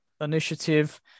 initiative